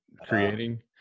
creating